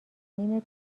نیم